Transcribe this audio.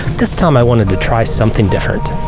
this time, i wanted to try something different,